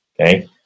okay